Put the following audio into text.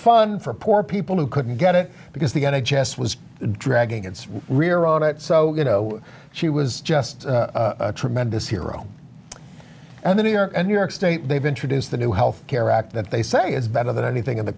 fund for poor people who couldn't get it because the going to jess was dragging its rear on it so you know she was just a tremendous hero and the new york and new york state they've introduced the new health care act that they say is better than anything in the